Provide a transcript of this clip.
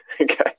Okay